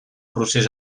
procés